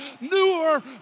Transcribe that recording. newer